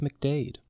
McDade